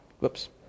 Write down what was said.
Whoops